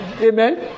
amen